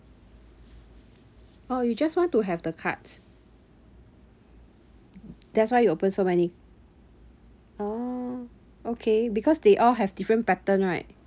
oh you just want to have the cards that's why you open so many oh okay because they all have different pattern right